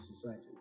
society